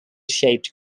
shaped